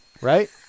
right